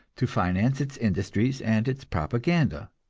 to finance its industries and its propaganda.